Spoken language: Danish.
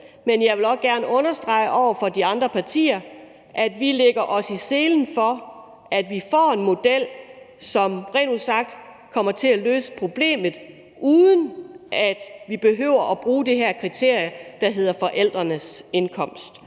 men jeg vil også gerne understrege over for de andre partier, at vi lægger os i selen for, at vi får en model, som rent ud sagt kommer til at løse problemet, uden at vi behøver at bruge det her kriterie, der drejer sig om forældrenes indkomst.